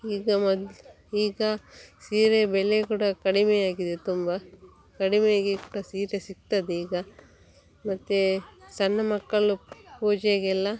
ಈಗ ಮೊದ್ಲು ಈಗ ಸೀರೆ ಬೆಲೆ ಕೂಡ ಕಡಿಮೆಯಾಗಿದೆ ತುಂಬ ಕಡಿಮೆಯಾಗಿ ಕೂಡ ಸೀರೆ ಸಿಗ್ತದೆ ಈಗ ಮತ್ತು ಸಣ್ಣ ಮಕ್ಕಳು ಪೂಜೆಗೆಲ್ಲ